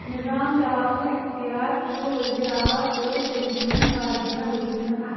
نِظام چلاونُك ایٚختیار چھُ وزیر عالا تہٕ تمہِ سندین كابیینہٕ وزیرن أتھۍ